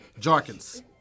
Jarkins